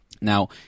Now